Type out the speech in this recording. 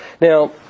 Now